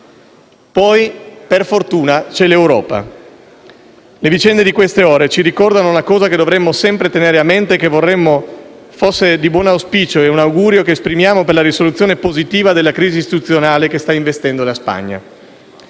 Poi, per fortuna, c'è l'Europa: le vicende di queste ore ci ricordano una cosa che dovremmo sempre tenere a mente e che vorremmo fosse di buon auspicio (è un augurio che esprimiamo per la soluzione positiva della crisi istituzionale che sta investendo la Spagna).